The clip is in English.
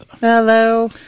Hello